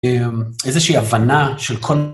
אמ... איזושהי הבנה, של קונ...